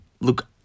look